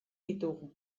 ditugu